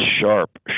sharp